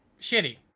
shitty